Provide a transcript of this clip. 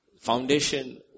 Foundation